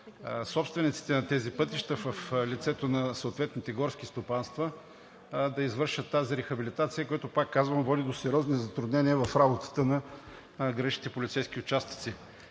собствениците на тези пътища, в лицето на съответните горски стопанства, да извършат тази рехабилитация, което, пак казвам, води до сериозни затруднения в работата на граничните полицейски участъци.